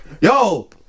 Yo